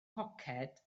poced